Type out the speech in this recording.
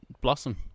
Blossom